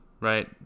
right